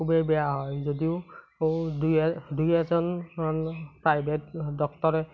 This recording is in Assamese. খুবেই বেয়া হয় যদিও দুই এ দুই এজন প্ৰাইভেট ডক্টৰে